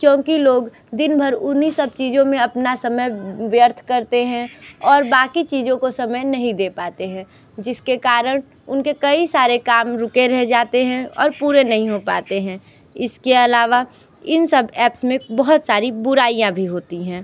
क्योंकि लोग दिनभर उन्हीं सब चीज़ें में अपना समय व्यर्थ करते हैं और बाकि चीज़ों को समय नहीं दे पाते हैं जिसके कारण उनके कई सारे काम रुके रह जाते हैं और पूरे नहीं हो पाते हैं इसके अलावा इन सब ऐप्स में बहुत सारी बुराइयाँ भी होती हैं